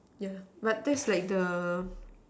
yeah but that's like the